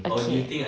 okay